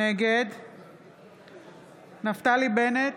נגד נפתלי בנט,